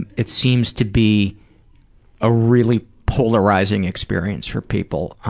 and it seems to be a really polarizing experience for people.